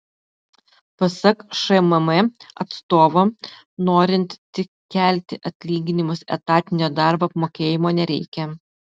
pasak šmm atstovo norint tik kelti atlyginimus etatinio darbo apmokėjimo nereikia